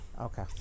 Okay